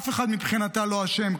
אף אחד מבחינתה לא אשם.